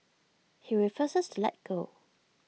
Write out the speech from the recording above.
he refuses to let go